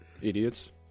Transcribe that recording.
Idiots